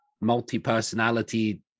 multi-personality